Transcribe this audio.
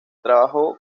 trabajó